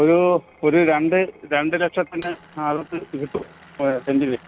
ഒരു ഒരു രണ്ട് രണ്ടു ലക്ഷത്തിന് അകത്ത് കിട്ടുമോ ഒരു സെൻറ്റിന്